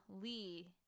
lee